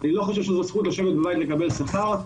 אני לא חושב שזאת זכות לשבת בבית ולקבל שכר.